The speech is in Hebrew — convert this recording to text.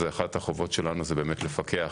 אחת החובות שלנו היא לפקח